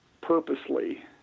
purposely